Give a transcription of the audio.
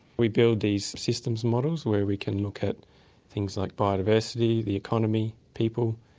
we build these systems models where we can look at things like biodiversity, the economy, people,